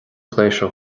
pléisiúr